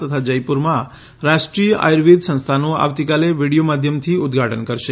તથા જયપુરમાં રાષ્ટ્રીય આયુર્વેદ સંસ્થાનું આવતીકાલે વિડિઓ માધ્યમથી ઉદઘાટન કરશે